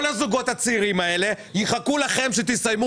כל הזוגות הצעירים האלה יחכו לכם שתסיימו